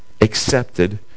accepted